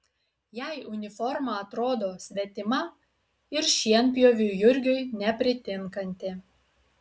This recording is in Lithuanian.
jai uniforma atrodo svetima ir šienpjoviui jurgiui nepritinkanti